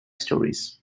stories